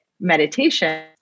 meditation